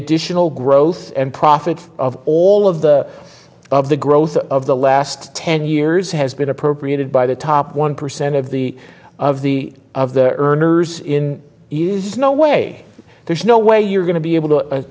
additional growth and profits of all of the of the growth of the last ten years has been appropriated by the top one percent of the of the of the earners in is no way there's no way you're going to be able to